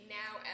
now